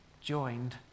joined